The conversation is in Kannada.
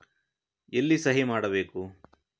ಎಲ್ಲಿ ಸಹಿ ಮಾಡಬೇಕು?